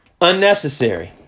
unnecessary